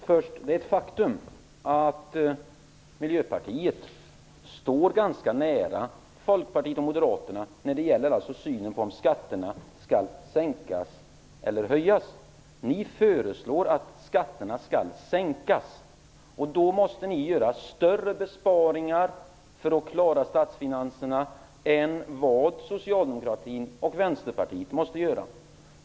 Fru talman! Det är ett faktum att Miljöpartiet står ganska nära Folkpartiet och Moderaterna i synen på om skatterna skall sänkas eller höjas. Ni föreslår att skatterna skall sänkas, och då måste ni göra större besparingar för att klara statsfinanserna än vad Socialdemokratin och Vänsterpartiet måste göra.